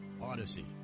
Odyssey